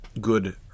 good